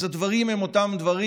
אז הדברים הם אותם דברים.